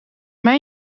mij